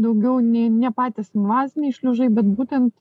daugiau nei ne patys invaziniai šliužai bet būtent